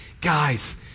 guys